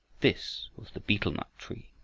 this was the betel-nut tree.